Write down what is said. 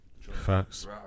Facts